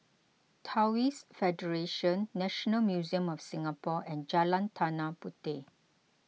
Taoist Federation National Museum of Singapore and Jalan Tanah Puteh